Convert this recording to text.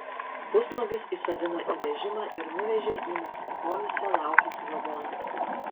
pusnuogius įsodino į vežimą ir nuvežė į marcinkonyse laukiantį vagoną